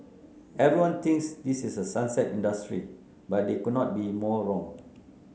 everyone thinks this is a sunset industry but they could not be more wrong